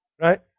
Right